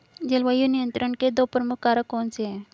जलवायु नियंत्रण के दो प्रमुख कारक कौन से हैं?